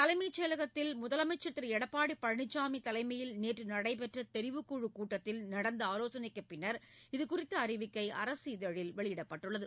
தலைமைச் செயலகத்தின் முதலமைச்சர் திரு எடப்பாடி பழனிசாமி தலைமையில் நேற்று நடைபெற்ற தெரிவுக்குழுக் கூட்டத்தில் நடந்த ஆலோசனைக்குப் பின்னர் இது குறித்த அறிவிக்கை அரசிதழில் வெளியிடப்பட்டுள்ளது